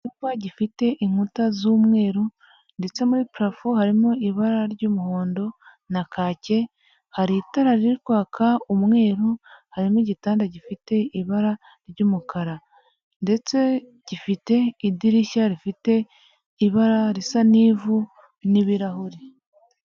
Icyumba gifite inkuta z'umweru ndetse muri purafo harimo ibara ry'umuhondo na kake, hari itara riri kwaka umweru, harimo igitanda gifite ibara ry'umukara ndetse gifite idirishya rifite ibara risa n'ivu n'ibirahuri.